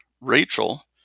Rachel